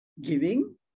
giving